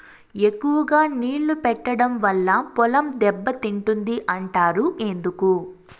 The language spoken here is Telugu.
ఎక్కువగా నీళ్లు పెట్టడం వల్ల పొలం దెబ్బతింటుంది అంటారు ఎందుకు?